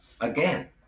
Again